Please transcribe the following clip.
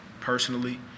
personally